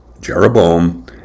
Jeroboam